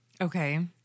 Okay